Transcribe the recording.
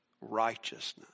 righteousness